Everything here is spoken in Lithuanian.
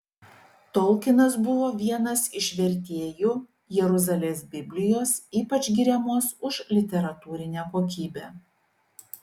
tolkinas buvo vienas iš vertėjų jeruzalės biblijos ypač giriamos už literatūrinę kokybę